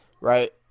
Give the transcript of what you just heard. Right